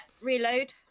reload